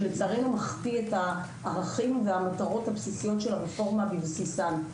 שלצערנו מחטיא את הערכים והמטרות הבסיסיות של הרפורמה בבסיסן.